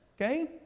Okay